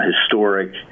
historic